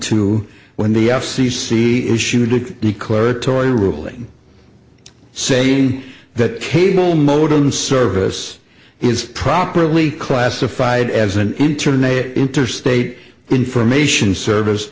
two when the f c c issued a declaratory ruling saying that cable modem service is properly classified as an internet interstate information service